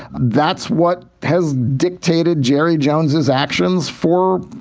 that's what has dictated jerry jones's actions for,